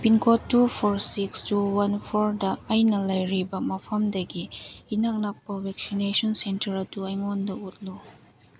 pincode two four six two one ꯐꯣꯔꯗ ꯑꯩꯅ ꯂꯩꯔꯤꯕ ꯃꯐꯝꯗꯒꯤ ꯏꯅꯛ ꯅꯛꯄ ꯕꯦꯛꯁꯤꯅꯦꯁꯟ ꯁꯦꯟꯇꯔ ꯑꯗꯨ ꯑꯩꯉꯣꯟꯗ ꯎꯠꯂꯨ